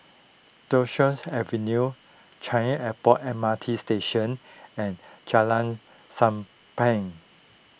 Duchess Avenue Changi Airport M R T Station and Jalan Sappan